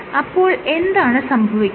അപ്പോൾ എന്താണ് സംഭവിക്കുന്നത്